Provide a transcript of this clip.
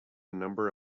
number